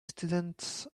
students